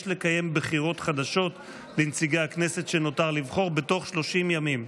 יש לקיים בחירות חדשות לנציגי הכנסת שנותר לבחור בתוך 30 ימים.